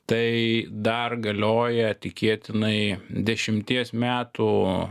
tai dar galioja tikėtinai dešimties metų